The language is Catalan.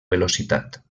velocitat